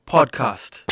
Podcast